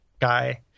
guy